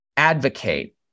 advocate